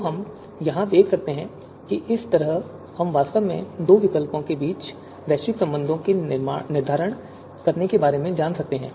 तो हम यहां देख सकते हैं इस तरह हम वास्तव में दो विकल्पों के बीच वैश्विक संबंध का निर्धारण करने के बारे में जा सकते हैं